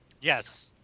Yes